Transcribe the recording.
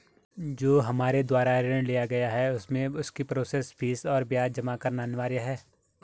जो हमारे द्वारा ऋण लिया गया है उसमें उसकी प्रोसेस फीस और ब्याज जमा करना अनिवार्य है?